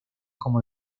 como